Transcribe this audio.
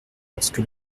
lorsque